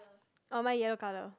oh mine yellow colour